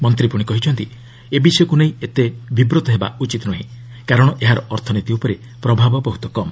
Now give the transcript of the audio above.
ମନ୍ତ୍ରୀ ପୁଣି କହିଛନ୍ତି ଏ ବିଷୟକୁ ନେଇ ଏତେ ବିବ୍ରତ ହେବା ଉଚିତ ନୃହେଁ କାରଣ ଏହାର ଅର୍ଥନୀତି ଉପରେ ପ୍ରଭାବ ବହ୍ରତ କମ୍